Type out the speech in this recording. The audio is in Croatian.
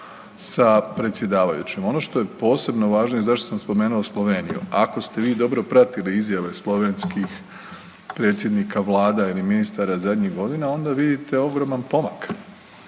sa predsjedavajućim. Ono što je posebno važno i zašto sam spomenuo Sloveniju. Ako ste vi dobro pratili izjave slovenskih predsjednika vlada ili ministara zadnjih godina onda vidite ogroman pomak.